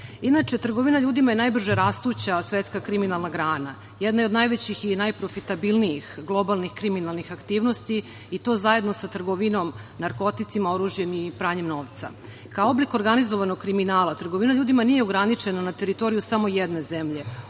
trgovina ljudima je najbrže rastuća svetska kriminalna grana, jedna je od najvećih i najprofitabilnijih globalnih kriminalnih aktivnosti i to zajedno sa trgovinom narkoticima, oružjem i pranjem novca. Kao oblik organizovanog kriminala, trgovina ljudima nije ograničena na teritoriju samo jedne zemlje,